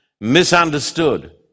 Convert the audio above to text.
misunderstood